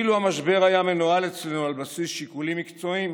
אילו המשבר היה מנוהל אצלנו על בסיס שיקולים מקצועיים,